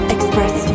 Express